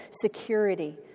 security